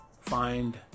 find